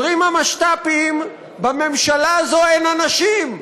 אומרים המשת"פים: בממשלה הזאת אין אנשים,